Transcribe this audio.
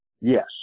Yes